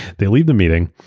they leave the meeting,